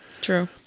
True